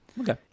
Okay